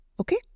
Okay